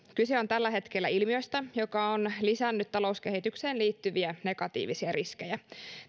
on tällä hetkellä ilmiöstä joka on lisännyt talouskehitykseen liittyviä negatiivisia riskejä